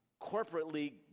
corporately